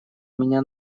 меня